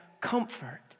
comfort